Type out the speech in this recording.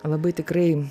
labai tikrai